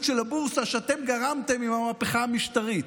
של הבורסה שאתם גרמתם עם המהפכה המשטרית.